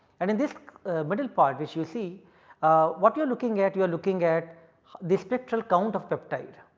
and in this middle part which you see what you are looking at, you are looking at the spectral count of peptide.